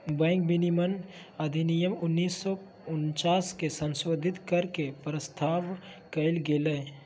bank विनियमन अधिनियम उन्नीस सौ उनचास के संशोधित कर के के प्रस्ताव कइल गेलय